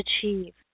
achieve